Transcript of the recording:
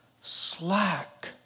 slack